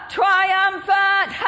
triumphant